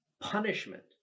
punishment